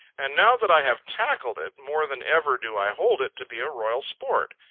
and now that i have tackled it, more than ever do i hold it to be a royal sport.